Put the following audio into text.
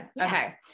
okay